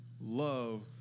love